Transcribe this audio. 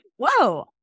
whoa